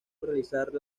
realizar